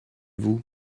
vous